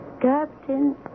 Captain